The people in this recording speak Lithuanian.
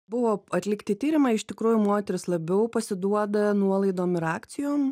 buvo atlikti tyrimai iš tikrųjų moterys labiau pasiduoda nuolaidom ir akcijom